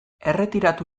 erretiratu